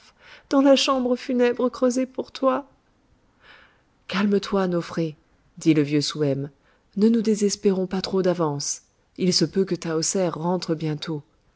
dans la chambre funèbre creusée pour toi calme-toi nofré dit le vieux souhem ne nous désespérons pas trop d'avance il se peut que tahoser rentre bientôt